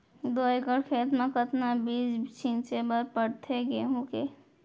दो एकड़ खेत म कतना बीज छिंचे बर पड़थे गेहूँ के?